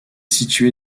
située